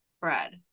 Bread